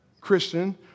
Christian